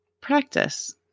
practice